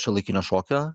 šiuolaikinio šokio